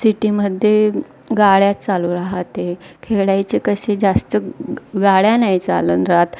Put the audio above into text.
सिटीमध्ये गाड्याच चालू राहते खेळायचे कसे जास्त गाड्या नाही चालन राहत